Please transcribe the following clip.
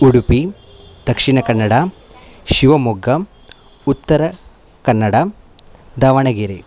Udupi Dakshina Kannada Shivamogga Uttara Kannada Davanagere